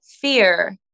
fear